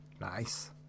Nice